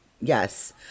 Yes